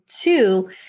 two